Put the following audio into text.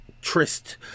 tryst